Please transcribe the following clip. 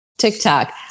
tiktok